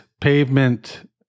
pavement